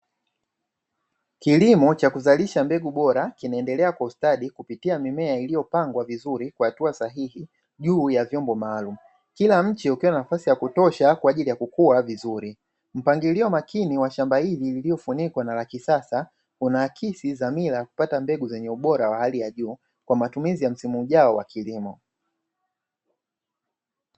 Kilimo cha kuzalisha mbegu bora kinaendelea kustadi kupitia mimea iliyopangwa vizuri kwa hatua sahihi juu ya vyombo maalum kila mti ukiwa nafasi ya kutosha kwa ajili ya kukua vizuri mpangilio makini wa shamba hili lililofunikwa na la kisasa una akisi dhamira kupata mbegu zenye ubora wa hali ya juu kwa matumizi ya msimu ujao wa kilimo.